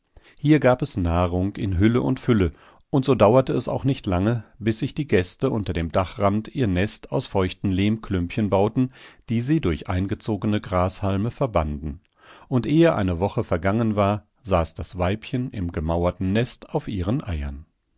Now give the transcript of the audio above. hier gab es nahrung in hülle und fülle und so dauerte es auch nicht lange bis sich die gäste unter dem dachrand ihr nest aus feuchten lehmklümpchen bauten die sie durch eingezogene grashalme verbanden und ehe eine woche vergangen war saß das weibchen im gemauerten nest auf ihren eiern